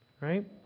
right